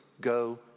go